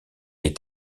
est